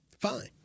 Fine